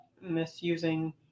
misusing